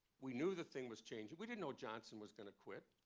we knew the thing was changing. we didn't know johnson was going to quit.